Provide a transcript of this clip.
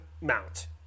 mount